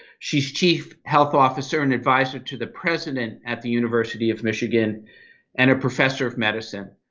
she's chief health officer and advisor to the president at the university of michigan and a professor of medicine.